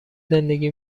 زندگی